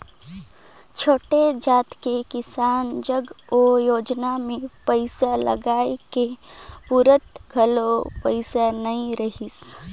छोटे जोत के किसान जग ओ योजना मे पइसा लगाए के पूरता घलो पइसा नइ रहय